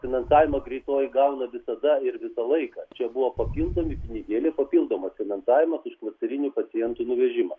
finansavimą greitoji gauna visada ir visą laiką čia buvo papildomi pinigėliai papildomas finansavimas už klasterinių pacientų nuvežimą